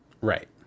Right